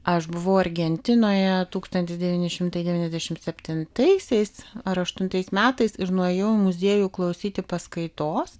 aš buvau argentinoje tūkstantis devyni šimtai devyniasdešimt septintaisiais ar aštuntais metais ir nuėjau į muziejų klausyti paskaitos